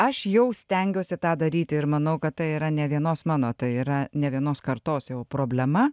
aš jau stengiuosi tą daryti ir manau kad tai yra nė vienos mano tai yra nė vienos kartos jau problema